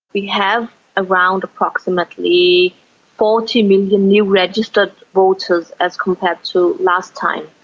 we have around approximately forty million new registered voters as compared to last time.